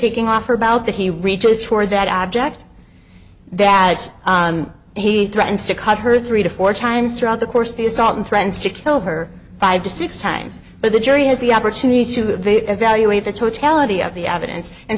taking off her about that he reaches for that object that he threatened to cut her three to four times throughout the course of the assault and threatens to kill her five to six times but the jury has the opportunity to have a evaluate the totality of the evidence and